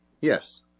Yes